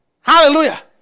Hallelujah